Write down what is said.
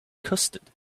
custard